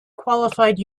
qualified